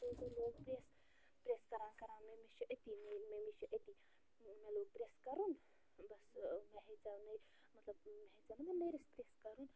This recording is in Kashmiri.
لوگ پرٮ۪س پرٮ۪س کَران کَران ممی چھِ أتی ممی مٔمی چھِ أتی مےٚ لوٚگ پرٮ۪س کَرُن بَس مےٚ ہٮ۪ژیٚو نٔرِ مطلب مےٚ ہٮ۪ژیٚو نا وۅنۍ نٔرِس پرٮ۪س کَرُن